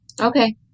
Okay